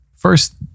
First